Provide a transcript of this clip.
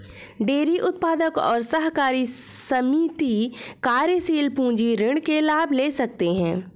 dairy उत्पादक और सहकारी समिति कार्यशील पूंजी ऋण के लाभ ले सकते है